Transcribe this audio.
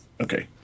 okay